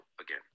again